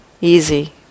easy